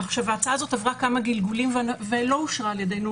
ההצעה הזאת עברה כמה גלגולים ולא אושרה על-ידינו